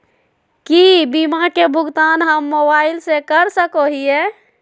की बीमा के भुगतान हम मोबाइल से कर सको हियै?